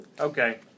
Okay